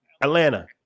Atlanta